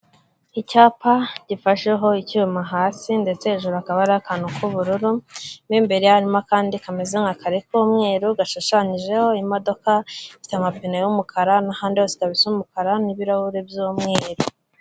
Icyapa gifasheho icyuma hasi ndetse hejuru hakaba hariho akantu k'ubururu, mo imbere harimo akandi kameze nk'akare k'umweru gashushanyijeho imodoka ifite amapine y'umukara n'ahandi hose ikaba isa umukara n'ibirahuri by'umweru.